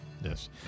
yes